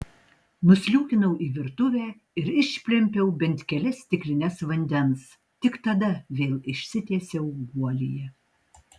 nusliūkinau į virtuvę ir išplempiau bent kelias stiklines vandens tik tada vėl išsitiesiau guolyje